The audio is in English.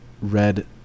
red